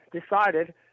decided